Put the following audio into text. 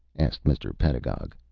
asked mr. pedagog.